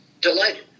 delighted